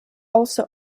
also